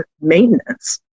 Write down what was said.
maintenance